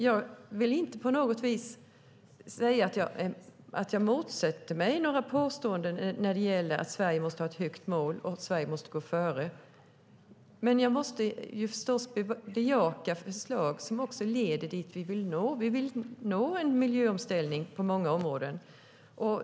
Jag vill inte på något vis säga att jag motsätter mig några påståenden när det gäller att Sverige måste ha ett högt mål och att Sverige måste gå före, men jag måste förstås bejaka förslag som leder dit vi vill nå. Vi vill nå en miljöomställning på många områden.